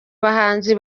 bahanzi